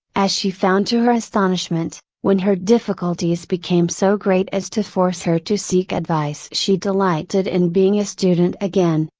as she found to her astonishment, when her difficulties became so great as to force her to seek advice she delighted in being a student again,